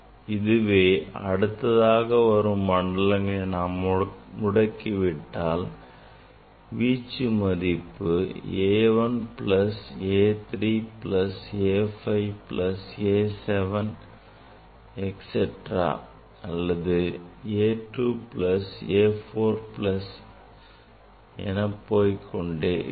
இதுவே அடுத்தடுத்த மண்டலங்களை நாம் முடக்கி விட்டால் வீச்சு மதிப்பு A 1 plus A 3 plus A 5 plus A 7 etcetera அல்லது A 2 plus A 4 plus என்றிருக்கும்